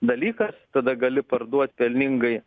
dalykas tada gali parduot pelningai